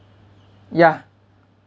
ya